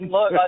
Look